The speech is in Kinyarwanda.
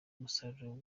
umusaruro